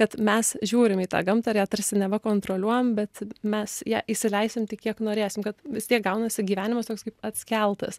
kad mes žiūrim į tą gamtą ir ją tarsi neva kontroliuojam bet mes ją įsileisim tik kiek norėsim kad vis tiek gaunasi gyvenimas toks kaip atskeltas